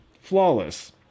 flawless